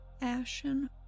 Ashen